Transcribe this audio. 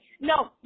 No